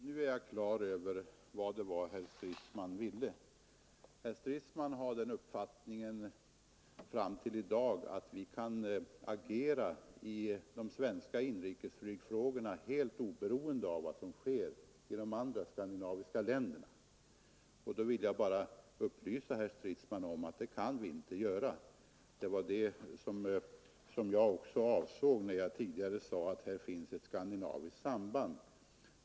Herr talman! Nu har jag klart för mig vad herr Stridsman vill. Herr Stridsman har fram till i dag haft den uppfattningen, att vi kan agera självständigt i de svenska inrikesflygfrågorna, helt oberoende av vad som sker i de andra skandinaviska länderna. Då vill jag upplysa herr Stridsman om att vi inte kan göra det. Det var också detta jag avsåg när jag tidigare sade att det finns ett skandinaviskt samband här.